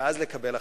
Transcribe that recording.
ואז לקבל החלטה,